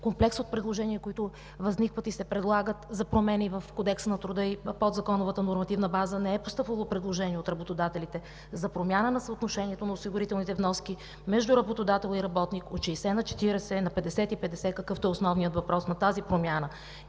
комплекс от предложения, които възникват и се предлагат за промени в Кодекса на труда и подзаконовата нормативна база, не е постъпвало предложение от работодателите за промяна на съотношението на осигурителните вноски между работодател и работник от 60 на 40, на 50 и 50, какъвто е основният въпрос на тази промяна.